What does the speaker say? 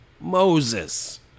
Moses